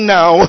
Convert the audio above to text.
now